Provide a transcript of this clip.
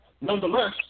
Nonetheless